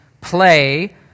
play